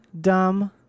Dumb